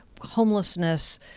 homelessness